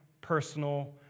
personal